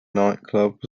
nightclub